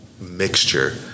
mixture